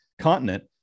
continent